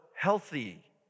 healthy